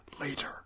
later